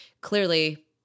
clearly